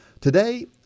Today